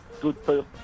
good